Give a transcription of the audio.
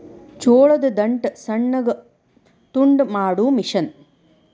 ಜೋಳದ ದಂಟ ಸಣ್ಣಗ ತುಂಡ ಮಾಡು ಮಿಷನ್